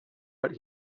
but